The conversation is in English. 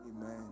Amen